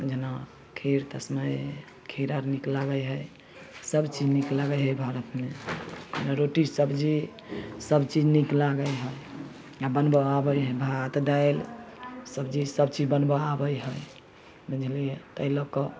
जेना खीर तस्मै खीर आओर नीक लागै हइ सबचीज नीक लागै हइ भारतमे रोटी सब्जी सबचीज नीक लागै हइ बनबऽ आबै हइ भात दालि सब्जी सबचीज बनबऽ आबै हइ बुझलिए ताहि लऽ कऽ